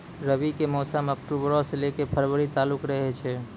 रबी के मौसम अक्टूबरो से लै के फरवरी तालुक रहै छै